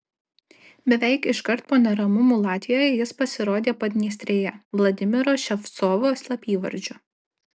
beveik iškart po neramumų latvijoje jis pasirodė padniestrėje vladimiro ševcovo slapyvardžiu